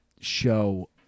show